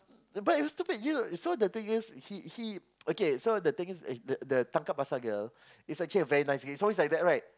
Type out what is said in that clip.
but it was stupid you know so the thing is he he okay the thing is the tangkap basah girl is actually a very nice girl it's always like that right